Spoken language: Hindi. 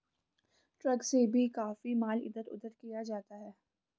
ट्रक से भी काफी माल इधर उधर किया जाता है